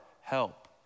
help